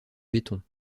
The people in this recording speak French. béton